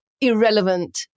irrelevant